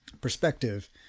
perspective